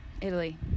Italy